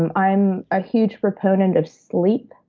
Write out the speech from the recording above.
and i'm a huge proponent of sleep.